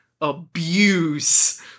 abuse